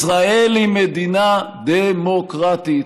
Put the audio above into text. ישראל היא מדינה דמוקרטית,